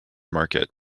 market